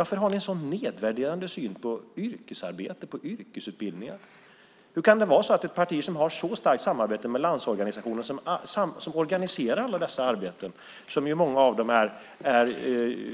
Varför har ni en så nedvärderande syn på yrkesarbete och yrkesutbildningar? Hur kan ett parti som har ett så starkt samarbete med Landsorganisationen som organiserar alla dessa arbeten - många av dem är